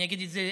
אגיד שוב: